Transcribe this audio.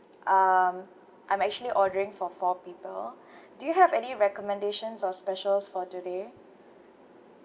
um I'm actually ordering for four people do you have any recommendations or specials for today